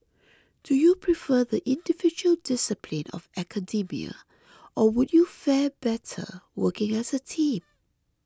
do you prefer the individual discipline of academia or would you fare better working as a team